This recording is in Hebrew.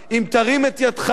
אם תרים את ידך,